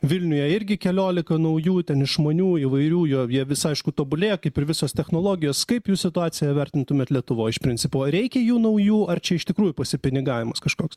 vilniuje irgi keliolika naujų ten išmanių įvairių jo jie vis aišku tobulėja kaip ir visos technologijos kaip jūs situaciją vertintumėt lietuvoj iš principo reikia jų naujų ar čia iš tikrųjų pasipinigavimas kažkoks